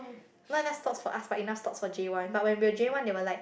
not enough slots for us but enough slots for J one but when we were J one they were like